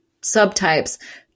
subtypes